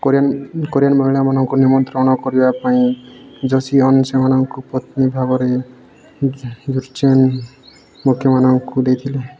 Korean ମହିଳାମାନଙ୍କୁ ନିମନ୍ତ୍ରଣ କରିବା ପାଇଁ ଜୋସିଆନ୍ ସେମାନଙ୍କୁ ପତ୍ନୀ ଭାବରେ ଜୁର୍ଚେନ୍ ମୁଖ୍ୟମାନଙ୍କୁ ଦେଇଥିଲେ